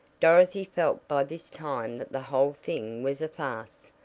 dorothy felt by this time that the whole thing was a farce.